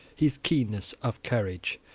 his keenness of courage,